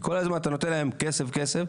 אם כל הזמן אתה נותן להם כסף כסף,